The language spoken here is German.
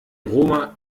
roma